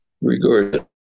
regard